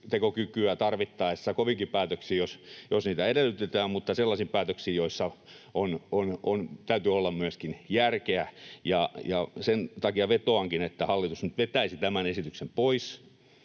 päätöksentekokykyä tarvittaessa koviinkin päätöksiin, jos niitä edellytetään — mutta sellaisiin päätöksiin, joissa täytyy olla myöskin järkeä. Ja sen takia vetoankin, että hallitus nyt vetäisi tämän esityksen pois,